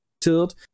tilt